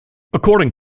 according